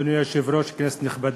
אדוני היושב-ראש, כנסת נכבדה,